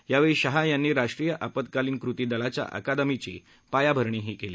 यावेळी शाह यांनी राष्ट्रीय आपत्कालीन कृती दलाच्या अकादमीची पायाभरणीहीकेली